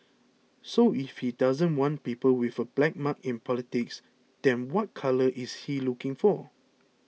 so if he doesn't want people with a black mark in politics then what colour is he looking for